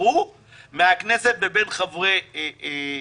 שהתפטרו מהכנסת לבין חברי הכנסת.